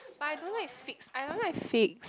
but I don't like fix I don't like fix